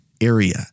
area